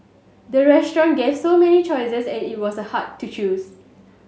the restaurant gave so many choices and it was hard to choose